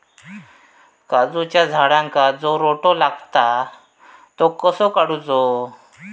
काजूच्या झाडांका जो रोटो लागता तो कसो काडुचो?